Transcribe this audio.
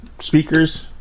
speakers